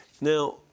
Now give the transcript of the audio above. Now